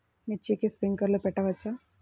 మిర్చికి స్ప్రింక్లర్లు పెట్టవచ్చా?